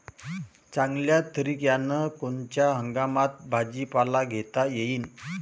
चांगल्या तरीक्यानं कोनच्या हंगामात भाजीपाला घेता येईन?